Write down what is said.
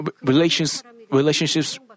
relationships